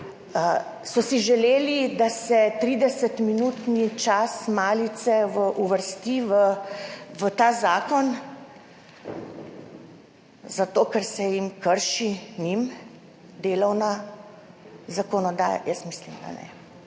So si želeli, da se 30-minutni čas malice uvrsti v ta zakon, zato ker se jim krši delovna zakonodaja? Jaz mislim, da ne,